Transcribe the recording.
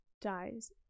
dies